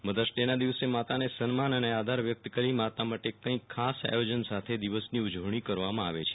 mothers Day ના દિવસે માતાને સન્માન અને આદર વ્યક્ત કરી માતા માટે કંઈક ખાસ આયોજન સાથે દિવસની ઉજવણી કરવમાં આવે છે